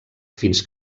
fins